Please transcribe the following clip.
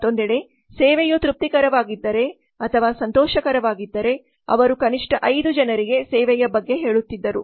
ಮತ್ತೊಂದೆಡೆ ಸೇವೆಯು ತೃಪ್ತಿಕರವಾಗಿದ್ದರೆ ಅಥವಾ ಸಂತೋಷಕರವಾಗಿದ್ದರೆ ಅವರು ಕನಿಷ್ಠ ಐದು ಜನರಿಗೆ ಸೇವೆಯ ಬಗ್ಗೆ ಹೇಳುತ್ತಿದ್ದರು